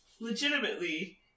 legitimately